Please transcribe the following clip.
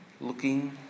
looking